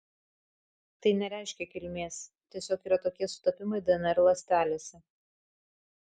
tai nereiškia kilmės tiesiog yra tokie sutapimai dnr ląstelėse